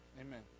Amen